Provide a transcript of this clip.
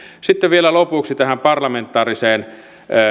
sitten vielä lopuksi tähän parlamentaariseen